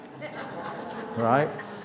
right